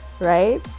Right